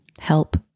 help